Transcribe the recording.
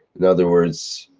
in other words.